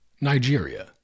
Nigeria